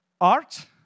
Art